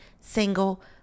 single